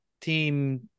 Team